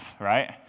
right